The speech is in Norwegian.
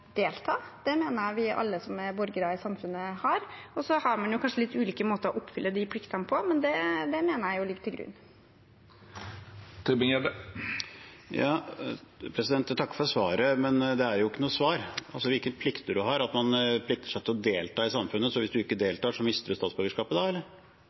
delta; det mener jeg alle som er borgere i samfunnet, har. Så har man kanskje litt ulike måter å oppfylle de pliktene på, men det mener jeg ligger til grunn. Jeg takker for svaret, men det er jo ikke noe svar. Når det gjelder hvilke plikter man har, at man forplikter seg til å delta i samfunnet: Hvis man ikke deltar, mister man da